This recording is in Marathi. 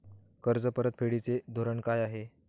कर्ज परतफेडीचे धोरण काय आहे?